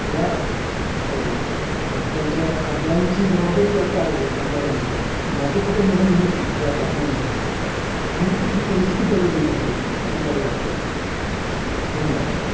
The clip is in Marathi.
या रस्त्यांच्या खड्ड्यांची जबाबदारी त्यात काय आहे अपघातामध्ये ह्याचं कुठं नोंद येत नाही या बातम्यांमध्ये आणि ही परिस्थिती बदलली पाहिजे असं मला वाटतं धन्यवाद